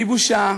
ובלי בושה,